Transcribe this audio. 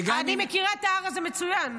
אני מכירה את ההר הזה מצוין.